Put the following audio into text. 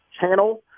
channel